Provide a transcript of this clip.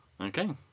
Okay